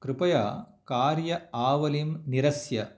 कृपया कार्य आवलिं निरस्य